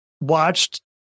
watched